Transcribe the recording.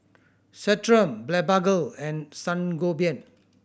Centrum Blephagel and Sangobion